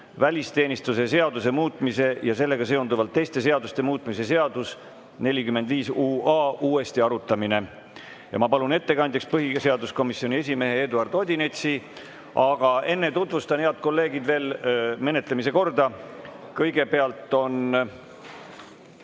välisteenistuse seaduse muutmise ja sellega seonduvalt teiste seaduste muutmise seaduse uuesti arutamine. Ma palun ettekandjaks põhiseaduskomisjoni esimehe Eduard Odinetsi. Aga enne, head kolleegid, tutvustan veel menetlemise korda. Kõigepealt on